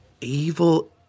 evil